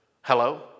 Hello